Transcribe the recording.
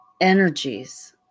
energies